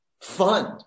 fund